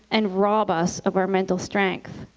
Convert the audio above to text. and rob us of our mental strength.